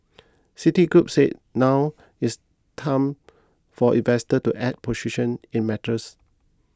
city group said now is time for investors to add positions in metals